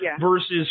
versus